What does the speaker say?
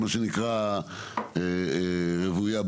מה שנקרא בנייה רוויה.